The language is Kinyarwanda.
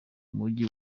mujyi